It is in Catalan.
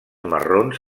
marrons